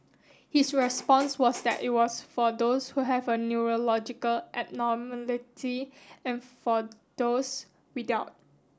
his response was that it was for those who have a neurological abnormality and for those without